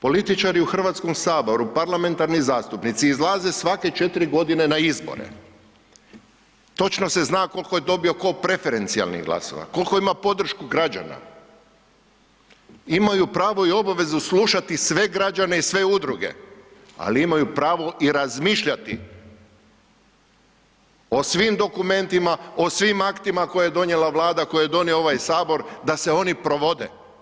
Političari u HS, parlamentarni zastupnici izlaze svake 4.g. na izbore, točno se zna kolko je dobio ko preferencijalnih glasova, kolko ima podršku građana, imaju pravo i obavezu slušati sve građane i sve udruge, ali imaju pravo i razmišljati o svim dokumentima, o svim aktima koje je donijela Vlada, koje je donio ovaj sabor da se oni provode.